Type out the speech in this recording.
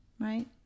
right